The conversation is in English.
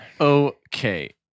Okay